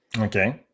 Okay